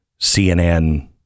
CNN